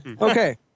Okay